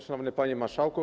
Szanowny Panie Marszałku!